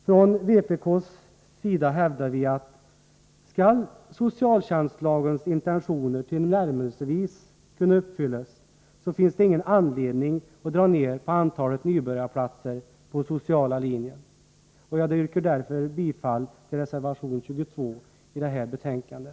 Från vpk:s sida hävdar vi, att skall socialtjänstlagens intentioner tillnärmelsevis kunna uppfyllas finns det ingen anledning att dra ned antalet nybörjarplatser på sociala linjen. Jag yrkar därför bifall till reservation 22 i detta betänkande.